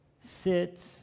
sit